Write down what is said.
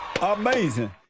Amazing